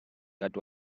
what